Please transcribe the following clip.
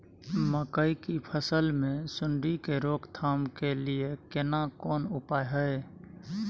मकई की फसल मे सुंडी के रोक थाम के लिये केना कोन उपाय हय?